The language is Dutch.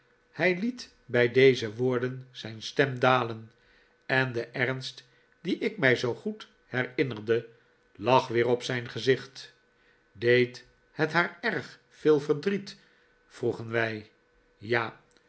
hij liet bij deze woorden zijn stem dalen en de ernst dien ik mij zoo goed herinnerde lag weer op zijn gezicht deed het haar erg veel verdriet vroegen wij ja